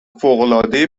فوقالعاده